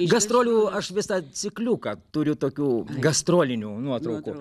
gastrolių aš visą cikliuką turiu tokių gastrolinių nuotraukų